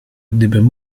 gdybym